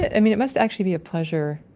i mean it must actually be a pleasure,